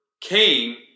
came